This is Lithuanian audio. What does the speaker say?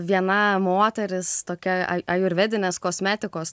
viena moteris tokia ai ajurvedinės kosmetikos